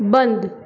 बंद